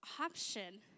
option